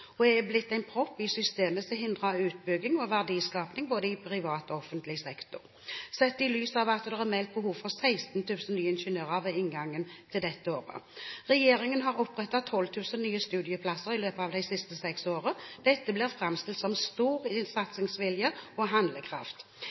og offentlig sektor og er blitt en propp i systemet som hindrer utbygging og verdiskaping, sett i lys av at det er meldt behov for 16 000 nye ingeniører ved inngangen til dette året. Regjeringen har opprettet 12 000 nye studieplasser i løpet av de siste seks årene. Dette blir framstilt som stor satsingsvilje og handlekraft.